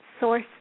source